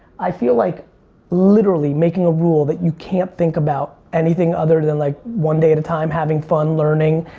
i feel like literally, making a rule that you can't think about anything other than like one day at a time, having fun, learning,